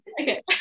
Okay